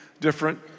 different